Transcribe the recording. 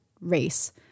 race